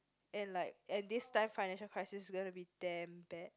and like and this time financial crisis gonna be damn bad